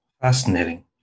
Fascinating